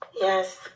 Yes